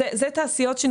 מה שהזכרתי זה תעשיות שבהן